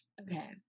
Okay